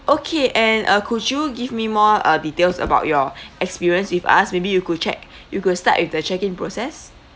okay and uh could you give me more uh details about your experience with us maybe you could check you could start with the check in process